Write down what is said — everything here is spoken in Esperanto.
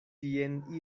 tien